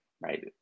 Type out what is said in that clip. right